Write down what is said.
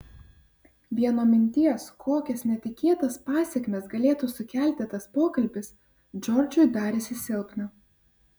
vien nuo minties kokias netikėtas pasekmes galėtų sukelti tas pokalbis džordžui darėsi silpna